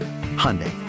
Hyundai